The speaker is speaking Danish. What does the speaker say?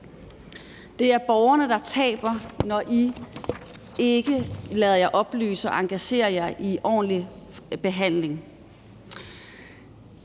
Det er borgerne, der taber, når I ikke lader jer oplyse og engagerer jer i en ordentlig behandling.